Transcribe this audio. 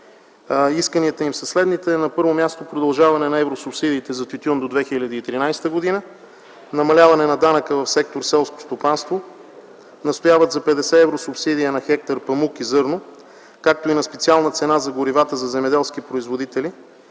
Исканията им са следните: на първо място, продължаване на евросубсидиите за тютюн до 2013 г., намаляване на данъка в сектор „Селско стопанство”, настояват за 50 евро субсидия на хектар памук и зърно, както и на специална цена на горивата за земеделски производители,